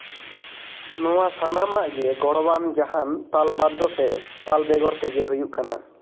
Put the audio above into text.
ᱱᱚᱣᱟ ᱥᱟᱱᱟᱢᱟᱜ ᱜᱮ ᱜᱚᱲᱚᱣᱟᱜ ᱡᱟᱦᱟᱱ ᱛᱟᱞ ᱵᱟᱫᱽᱫᱚ ᱥᱮ ᱛᱟᱞ ᱵᱮᱜᱚᱨ ᱛᱮᱜᱮ ᱦᱩᱭᱩᱜ ᱠᱟᱱᱟ